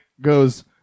goes